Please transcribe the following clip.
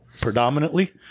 predominantly